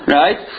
right